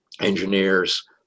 engineers